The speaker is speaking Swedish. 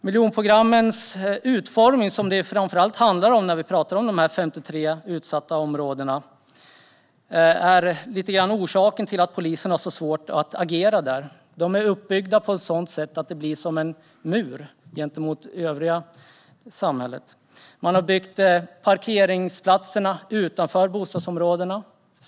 Miljonprogrammens utformning, som det framför allt handlar om när vi talar om de 53 utsatta områdena, är lite grann orsaken till att polisen har så svårt att agera där. De är uppbyggda på ett sådant sätt att det blir som en mur gentemot det övriga samhället. Man har byggt parkeringsplatserna utanför bostadsområdena.